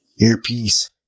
earpiece